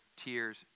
tears